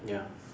ya